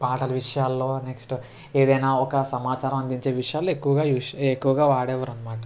పాటలు విషయాల్లో నెక్స్ట్ ఏదైనా ఒక సమాచారం అందించే విషయాలలో ఎక్కువగా యూజ్ ఎక్కువగా వాడేవారు అన్నమాట